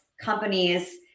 companies